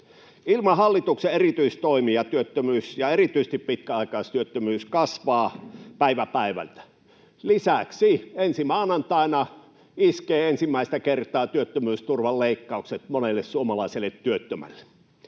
Ilman hallituksen erityistoimia työttömyys ja erityisesti pitkäaikaistyöttömyys kasvavat päivä päivältä. Lisäksi ensi maanantaina iskevät ensimmäistä kertaa työttömyysturvan leikkaukset monelle suomalaiselle työttömälle.